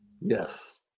yes